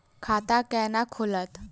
खाता केना खुलत?